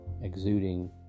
exuding